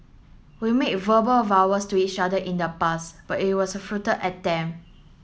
we made verbal vowels to each other in the past but it was a futile attempt